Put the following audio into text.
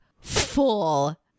full